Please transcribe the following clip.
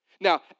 Now